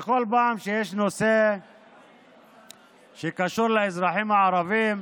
בכל פעם שיש נושא שקשור לאזרחים הערבים,